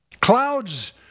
Clouds